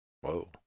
Whoa